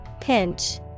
Pinch